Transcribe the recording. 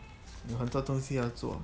有很多东西要做